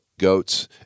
Goats